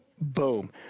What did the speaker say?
Boom